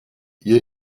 ihr